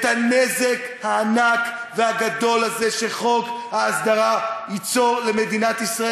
הנזק הענק והגדול הזה שחוק ההסדרה ייצור למדינת ישראל.